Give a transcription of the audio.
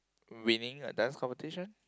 winning a dance competition